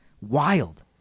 wild